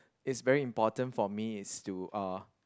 it's very important for me is to uh